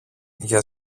για